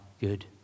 good